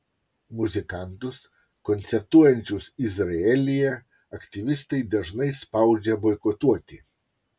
muzikantus koncertuojančius izraelyje aktyvistai dažnai spaudžia boikotuoti